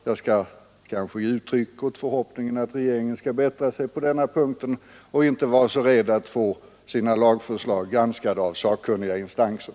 Jag vill nu bara ge uttryck åt förhoppningen att regeringen skall bättra sig på denna punkt och inte vara så rädd för att få sina lagförslag granskade av sakkunniga instanser.